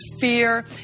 fear